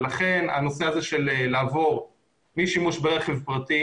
לכן הנושא הזה של מעבר משימוש ברכב פרטי